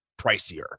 pricier